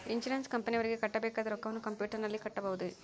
Insurance ಕಂಪನಿಯವರಿಗೆ ಕಟ್ಟಬೇಕಾದ ರೊಕ್ಕವನ್ನು ಕಂಪ್ಯೂಟರನಲ್ಲಿ ಕಟ್ಟಬಹುದ್ರಿ?